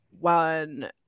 one